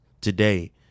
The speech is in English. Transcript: Today